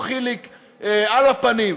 או חיליק על הפנים.